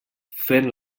fent